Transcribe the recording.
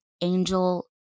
angel